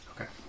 Okay